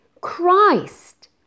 Christ